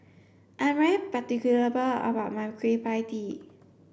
I'm particular about my Kueh Pie Tee